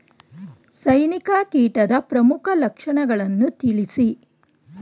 ಸೈನಿಕ ಕೀಟದ ಪ್ರಮುಖ ಲಕ್ಷಣಗಳನ್ನು ತಿಳಿಸಿ?